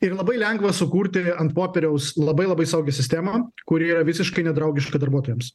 ir labai lengva sukurti ant popieriaus labai labai saugią sistemą kuri yra visiškai nedraugiška darbuotojams